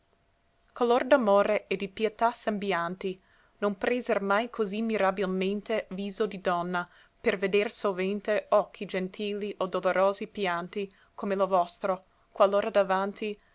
color d'amore e di pietà sembianti non preser mai così mirabilmente viso di donna per veder sovente occhi gentili o dolorosi pianti come lo vostro qualora davanti